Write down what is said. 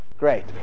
great